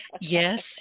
Yes